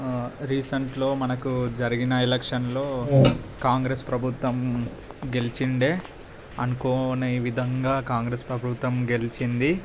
రీసెంట్లో మనకు జరిగిన ఎలక్షన్లో కాంగ్రెస్ ప్రభుత్వం గెలిచి ఉండే అనుకోని విధంగా కాంగ్రెస్ ప్రభుత్వం గెలిచింది